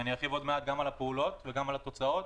אני ארחיב עוד מעט גם על הפעולות וגם על התוצאות